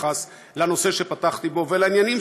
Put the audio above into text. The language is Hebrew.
גם ביחס לנושא שפתחתי בו וגם ביחס לעניינים